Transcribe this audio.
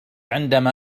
عندما